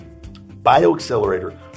BioAccelerator